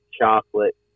chocolate